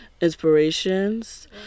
inspirations